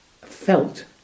felt